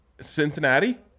Cincinnati